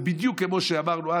ובדיוק כמו שאמרנו אז,